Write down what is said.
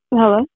hello